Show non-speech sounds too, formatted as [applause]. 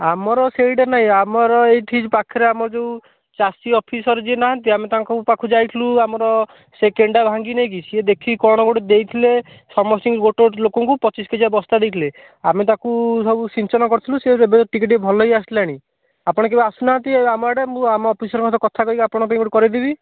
ଆମର ସେଇଟା ନାହିଁ ଆମର ଏଇଠି ପାଖରେ ଆମର ଯେଉଁ ଚାଷୀ ଅଫିସର ଯିଏ ନାହାନ୍ତି ଆମେ ତାଙ୍କ ପାଖକୁ ଯାଇଥିଲୁ ଆମର ସେ କେଣ୍ଡା ଭାଙ୍ଗି ନେଇକି ସେ ଦେଖିକି କ'ଣ ଗୋଟେ ଦେଇଥିଲେ ସମସ୍ତଙ୍କ ଗୋଟେ ଗୋଟେ ଲୋକଙ୍କୁ ପଚିଶି କେଜିଆ ବସ୍ତା ଦେଇଥିଲେ ଆମେ ତାକୁ ସବୁ ସିଞ୍ଚନ କରିଥିଲୁ ସିଏ ଏବେ ଟିକିଏ ଟିକିଏ ଭଲ ହେଇଆସିଲାଣି ଆପଣ କେବେ ଆସୁନାହାନ୍ତି [unintelligible] ଆମ ଆଡ଼େ ମୁଁ ଆମ ଅଫିସରଙ୍କ ସହ କଥା କହିକି ଆପଣଙ୍କ ପାଇଁ ଗୋଟେ କରାଇଦେବି